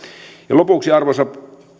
lopuksi arvoisa